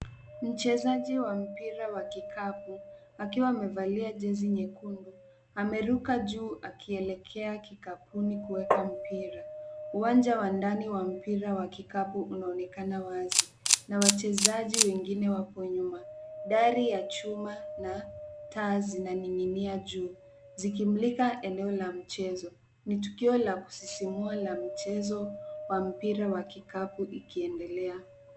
Mchezaji wa mpira wa kikapu akiwa amevalia jeans nyekundu, ameruka juu akielekea kikapuni kueka mpira. Uwanja wa ndani wa mpira wa kikapu unaonekana wazi na wachezaji wengine wako nyuma. Dari ya chuma na taa zinaning'inia juu, zikimulika eneo la mchezo. Ni tukio la kusisimua la mchezo wa mpira wa kikapu ikiendelea.